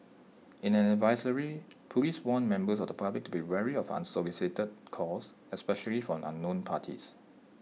in an advisory Police warned members of the public to be wary of unsolicited calls especially from unknown parties